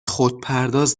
خودپرداز